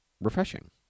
refreshing